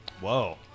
Whoa